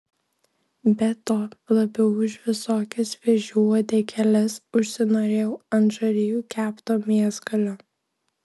be to labiau už visokias vėžių uodegėles užsinorėjau ant žarijų kepto mėsgalio